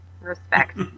Respect